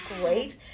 great